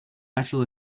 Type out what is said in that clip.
bachelor